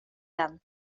vän